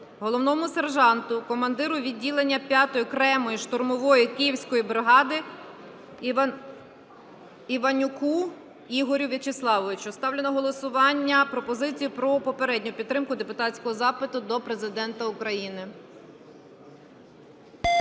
головному сержанту, командиру відділення 5-ї окремої штурмової Київської бригади Іванюку Ігорю Вячеславовичу. Ставлю на голосування пропозицію про попередню підтримку депутатського запиту до Президента України.